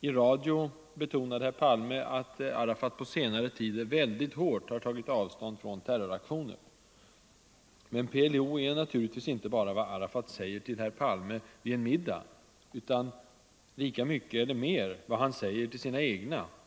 I radio betonade herr Palme att Arafat på senare tiden väldigt hårt har tagit avstånd från terroraktioner. Men PLO är naturligtvis inte bara vad Arafat säger till Palme vid en middag, utan lika mycket vad han säger till sina egna.